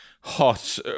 hot